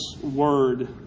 Word